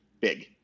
big